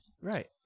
Right